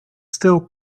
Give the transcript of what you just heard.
still